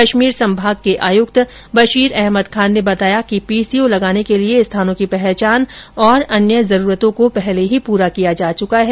कश्मीर संभाग के आयुक्त बशीर अहमद खान ने बताया कि पीसीओ लगाने के लिए स्थानों की पहचान और अन्य जरूरतों को पहले ही पूरा किया जा चुका है